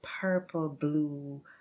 purple-blue